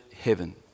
heaven